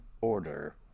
order